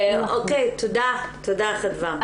תודה חדוה.